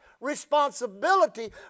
Responsibility